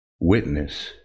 witness